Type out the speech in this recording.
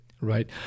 right